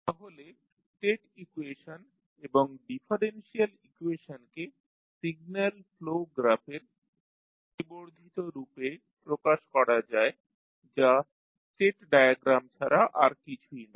তাহলে state equation এবং differential ইকুয়েশনকে সিগন্যাল ফ্লো গ্রাফের পরিবর্ধিত রূপে প্রকাশ করা যায় যা স্টেট ডায়াগ্রাম ছাড়া আর কিছুই না